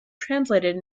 translated